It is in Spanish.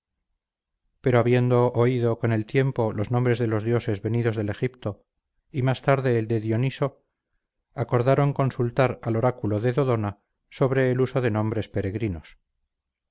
pero habiendo oído con el tiempo los nombres de los dioses venidos del egipto y más tarde el de dioniso acordaron consultar al oráculo de dodona sobre el uso de nombres peregrinos